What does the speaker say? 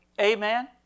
Amen